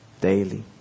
daily